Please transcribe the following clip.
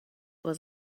was